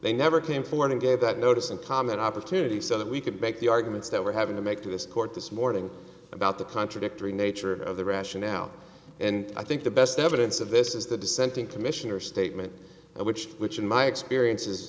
they never came forward and gave that notice and comment opportunity so that we could make the arguments that we're having to make to this court this morning about the contradictory nature of the rationale and i think the best evidence of this is the dissenting commissioner statement which which in my experience is